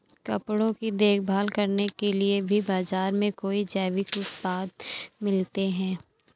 कपड़ों की देखभाल करने के लिए भी बाज़ार में कई जैविक उत्पाद मिलते हैं